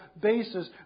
basis